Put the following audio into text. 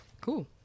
Cool